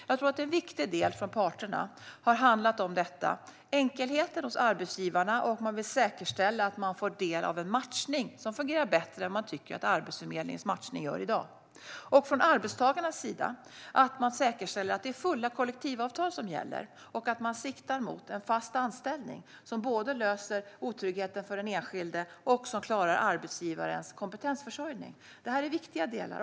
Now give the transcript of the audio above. För parterna har en viktig del handlat om enkelhet hos arbetsgivarna, och de vill säkerställa att de får del av en matchning som fungerar bättre än vad de tycker att Arbetsförmedlingens matchning gör i dag. Från arbetstagarnas sida ska man säkerställa att det är fullständiga kollektivavtal som gäller. Man ska sikta mot en fast anställning som både löser otryggheten för den enskilde och klarar arbetsgivarens kompetensförsörjning. Det är viktiga delar.